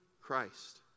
Christ